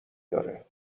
داره